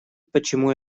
почему